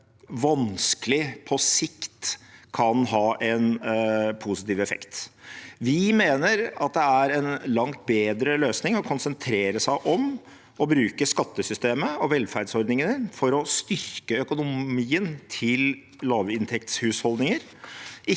vanskelig kan ha en positiv effekt på sikt. Vi mener det er en langt bedre løsning å konsentrere seg om å bruke skattesystemet og velferdsordningene for å styrke økonomien til lavinntektshusholdninger,